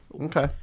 okay